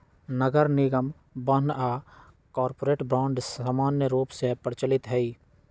नगरनिगम बान्ह आऽ कॉरपोरेट बॉन्ड समान्य रूप से प्रचलित हइ